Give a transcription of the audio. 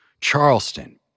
Charleston